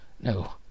No